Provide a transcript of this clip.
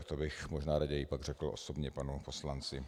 To bych možná raději pak řekl osobně panu poslanci.